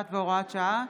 31 והוראת שעה),